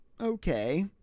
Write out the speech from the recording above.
okay